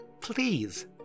Please